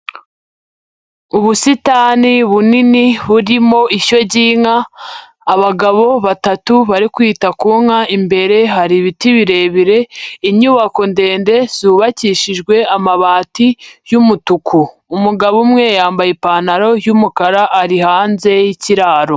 Ubusitani bunini burimo ishyo ry'inka, abagabo batatu bari kwita ku nka, imbere hari ibiti birebire, inyubako ndende zubakishijwe amabati y'umutuku. Umugabo umwe yambaye ipantaro y'umukara, ari hanze y'ikiraro.